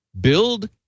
build